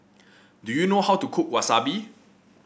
do you know how to cook Wasabi